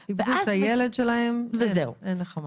נכון, הם איבדו את הילד שלהם וזהו, אין נחמה.